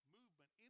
movement